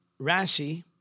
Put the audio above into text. Rashi